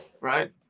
right